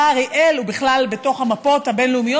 אריאל הוא בכלל בתוך המפות הבין-לאומיות.